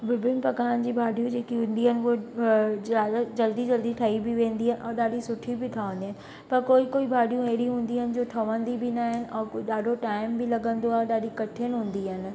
विभिन्न प्रकारनि जी भाॼियूं जेकी हूंदी आहे उहे जादा जल्दी जल्दी ठही बि वेंदी आहे और ॾाढी सुठी बि ठहंदी पर कोई कोई भाॼियूं अहिड़ी हूंदियूं आहिनि जो ठहंदी बि न आहिनि और ॾाढो टाइम बि लॻंदो आहे ॾाढी कठिन हूंदी आहे